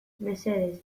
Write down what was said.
mesedez